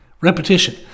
repetition